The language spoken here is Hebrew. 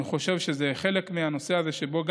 אני חושב שזה חלק מהנושא הזה שבו,